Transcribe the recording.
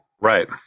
Right